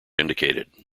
indicated